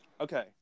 Okay